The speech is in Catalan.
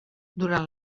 durant